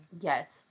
Yes